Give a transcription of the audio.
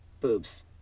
boobs